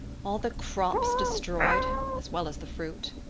all the crops destroyed as well as the fruit.